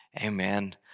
Amen